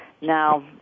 Now